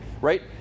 right